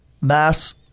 mass